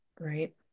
right